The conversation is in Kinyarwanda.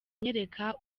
anyereka